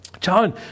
John